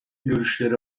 görüşleri